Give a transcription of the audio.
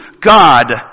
God